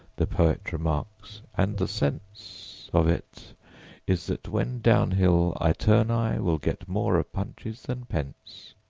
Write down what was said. the poet remarks and the sense of it is that when down-hill i turn i will get more of punches than pence.